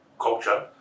culture